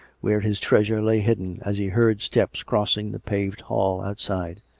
where his treasure lay hidden, as he heard steps crossing the paved hall outside.